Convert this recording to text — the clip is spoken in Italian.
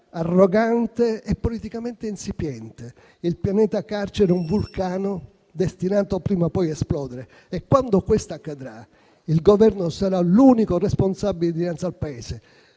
arrogante e politicamente insipiente. Il pianeta carcere è un vulcano destinato prima o poi ad esplodere. E quando questo accadrà il Governo sarà l'unico responsabile dinanzi al Paese,